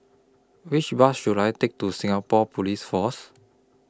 Which Bus should I Take to Singapore Police Force